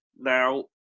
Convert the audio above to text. Now